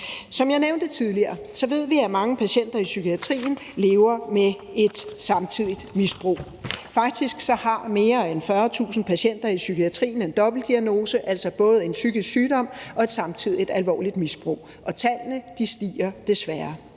Som jeg nævnte tidligere, ved vi, at mange patienter i psykiatrien lever med et samtidigt misbrug. Faktisk har mere end 40.000 patienter i psykiatrien en dobbeltdiagnose, altså både en psykisk sygdom og et samtidigt alvorligt misbrug. Og tallene stiger desværre.